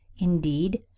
indeed